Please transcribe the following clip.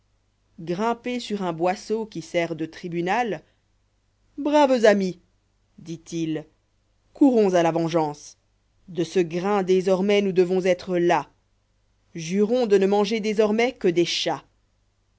grimpé sur unboisseau qui sert de tribunal braves amis dit-il courons à la vengeance de ce grain désormais nous devons être las jurons de ne manger désormais que des chats